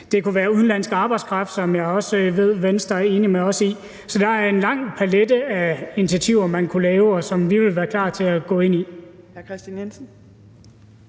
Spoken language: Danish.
Det kunne være udenlandsk arbejdskraft, som jeg også ved Venstre er enig med os i. Så der er en bred palet af initiativer, man kunne lave, og som vi ville være klar til at gå ind i.